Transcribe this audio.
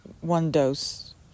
one-dose